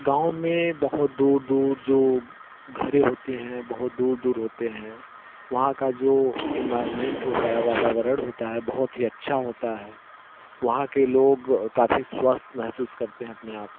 गाँव में बहुत दूर दूर जो घर होते हैं बहुत दूर दूर होते हैं वहाँ का जो एनवायरमेंट होता है वातावरण होता है बहुत ही अच्छा होता है वहाँ के लोग काफ़ी स्वस्थ महसूस करते हैं अपने आप को